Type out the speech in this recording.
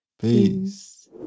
Peace